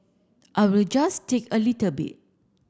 I will just take a little bit